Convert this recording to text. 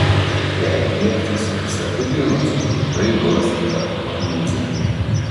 jei griebsiesi savigailos tikrai duosiu per marmūzę